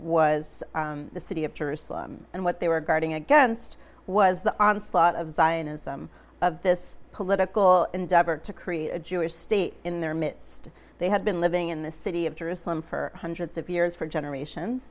was the city of jerusalem and what they were guarding against was the onslaught of zionism of this political endeavor to create a jewish state in their midst they had been living in the city of jerusalem for hundreds of years for generations